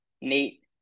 Nate